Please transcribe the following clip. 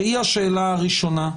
שהיא השאלה הראשונה,